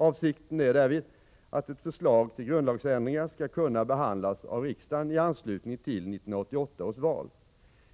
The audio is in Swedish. Avsikten är därvid att ett förslag till grundlagsändringar skall kunna behandlas av riksdagen i anslutning till 1988 års val.